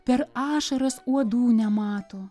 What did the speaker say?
per ašaras uodų nemato